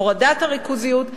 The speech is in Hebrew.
הורדת הריכוזיות,